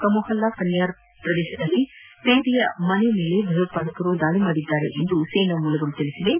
ಕಾಮೊಹಲ್ಲಾ ಖನ್ಯಾರ್ ಪ್ರದೇಶದಲ್ಲಿನ ಪೇದೆಯ ನಿವಾಸದ ಮೇಲೆ ಭಯೋತ್ಪಾದಕರು ದಾಳಿ ಮಾಡಿದ್ದಾರೆ ಎಂದು ಸೇನಾ ಮೂಲಗಳು ತಿಳಿಸಿವೆ